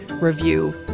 review